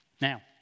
Now